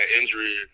injury